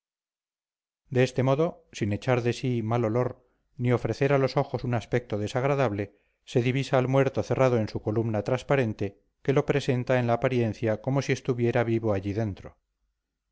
de este modo sin echar de sí mal olor ni ofrecer a los ojos un aspecto desagradable se divisa al muerto cerrado en su columna transparente que lo presenta en la apariencia como si estuviera vivo allí dentro